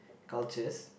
cultures